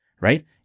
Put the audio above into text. right